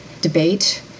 debate